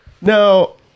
No